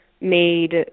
made